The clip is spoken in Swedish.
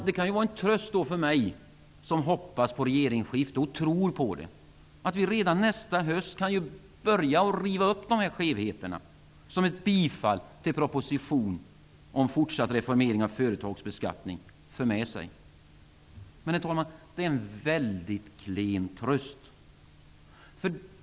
Det kan ju vara en tröst för mig, som hoppas och tror på ett regeringsskifte, att vi redan nästa höst kan börja riva upp de skevheter som ett bifall till propositionen om fortsatt reformering av företagsbeskattningen för med sig. Men det är en klen tröst.